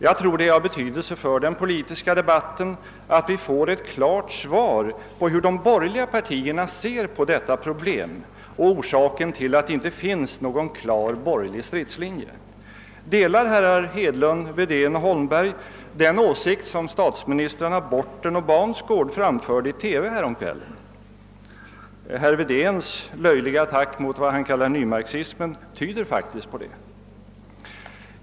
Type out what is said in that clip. Jag tror att det är av betydelse för den politiska debatten att vi får ett klart besked om hur de borgerliga partierna ser på detta problem och om orsaken till att det inte finns någon klar borgerlig stridslinje. Delar herrar Hedlund, Wedén och Holmberg den åsikt som statsministrarna Borten och Baunsgaard framförde i TV häromkvällen? Herr Wedéns löjliga attack mot vad han kallar nymarxismen tyder på det.